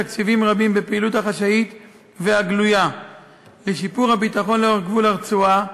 תקציבים רבים בפעילות החשאית והגלויה לשיפור הביטחון לאורך גבול הרצועה,